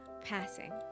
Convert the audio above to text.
passing